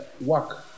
work